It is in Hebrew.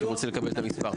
הגילאים.